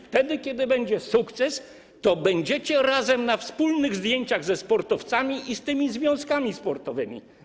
Wtedy, kiedy będzie sukces, będziecie razem na wspólnych zdjęciach ze sportowcami i z tymi związkami sportowymi.